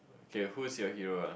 okay who is your hero ah